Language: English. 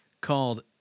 called